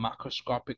macroscopic